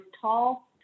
tall